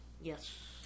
Yes